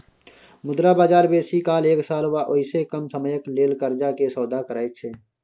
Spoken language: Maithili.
मुद्रा बजार बेसी काल एक साल वा ओइसे कम समयक लेल कर्जा के सौदा करैत छै